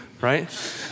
Right